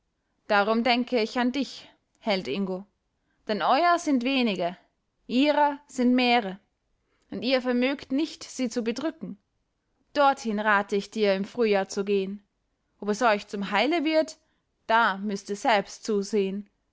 darum denke ich an dich held ingo denn euer sind wenige ihrer sind mehre und ihr vermögt nicht sie zu bedrücken dorthin rate ich dir im frühjahr zu gehen ob es euch zum heile wird da müßt ihr selbst zusehen